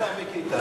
לשר מיקי איתן.